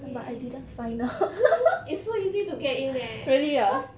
yea it's so easy to get in eh cause